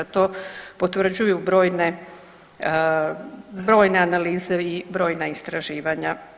To potvrđuju brojne analize i brojna istraživanja.